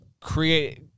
create